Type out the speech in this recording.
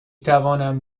توانم